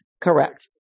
Correct